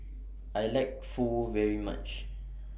I like Pho very much